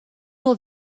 nur